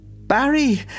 Barry